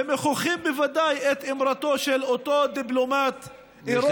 ומוכיחים בוודאי את אמרתו של אותו דיפלומט אירופי,